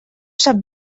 sap